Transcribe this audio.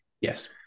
Yes